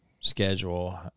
schedule